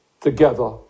together